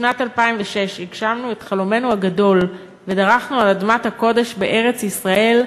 בשנת 2006 הגשמנו את חלומנו הגדול ודרכנו על אדמת הקודש בארץ-ישראל,